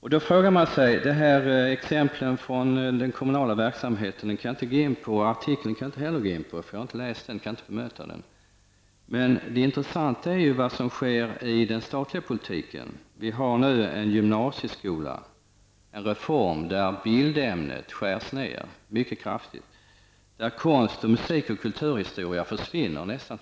Jag kan inte gå in på exemplen från den kommunala verksamheten och inte heller artikeln, eftersom jag inte har läst den och därför inte kan bemöta den. Men det intressanta är vad som sker i den statliga politiken. Det har nu kommit en gymnasiereform som innebär att bildämnet skärs ned mycket kraftigt och att konst-, musik och kulturhistoria nästan försvinner totalt.